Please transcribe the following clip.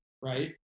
right